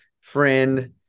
friend